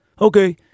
Okay